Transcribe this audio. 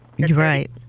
Right